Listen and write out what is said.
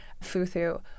Futhu